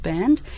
Band